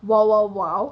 !wow! !wow! !wow!